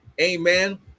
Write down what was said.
Amen